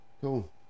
cool